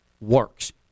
works